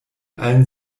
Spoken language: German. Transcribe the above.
allen